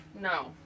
no